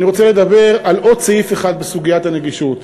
אני רוצה לדבר על עוד סעיף אחד בסוגיית הנגישות,